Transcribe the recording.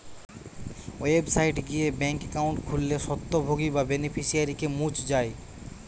website গিয়ে bank account খুললে স্বত্বভোগী বা বেনিফিশিয়ারিকে মুছ যায়